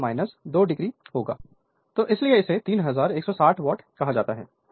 Refer Slide Time 0754 तो इसीलिए इसे 3160 वाट कहा जाता है